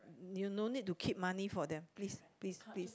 you no need to keep money for them please please please